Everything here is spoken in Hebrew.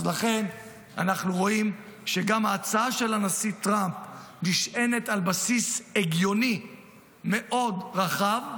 אנחנו רואים שגם ההצעה של הנשיא טראמפ נשענת על בסיס הגיוני מאוד רחב,